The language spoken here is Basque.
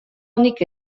onik